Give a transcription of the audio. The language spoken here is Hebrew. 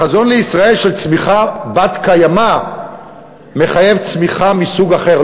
החזון לישראל של צמיחה בת-קיימא מחייב צמיחה מסוג אחר,